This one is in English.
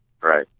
right